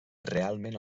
realment